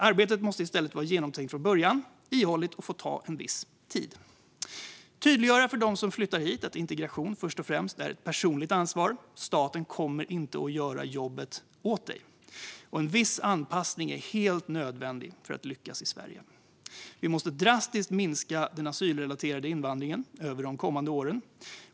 Arbetet måste i stället vara genomtänkt från början, ihålligt och få ta en viss tid. Tydliggör för dem som flyttar hit att integration först och främst är ett personligt ansvar. Staten kommer inte att göra jobbet åt dig, och en viss anpassning är helt nödvändig för att lyckas i Sverige. Vi måste drastiskt minska den asylrelaterade invandringen under de kommande åren.